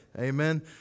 Amen